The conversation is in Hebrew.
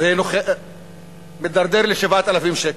זה מתדרדר ל-7,000 שקלים.